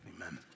amen